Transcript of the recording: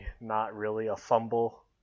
not-really-a-fumble